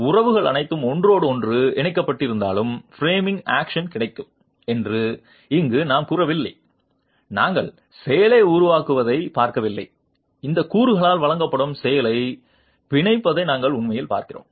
உறவுகள் அனைத்தும் ஒன்றோடொன்று இணைக்கப்பட்டிருந்தாலும் ஃப்ரேமிங் ஆக்ஷன் கிடைக்கும் என்று இங்கு நாம் கூறவில்லை நாங்கள் செயலை உருவாக்குவதைப் பார்க்கவில்லை இந்த கூறுகளால் வழங்கப்படும் செயலை பிணைப்பதை நாங்கள் உண்மையில் பார்க்கிறோம்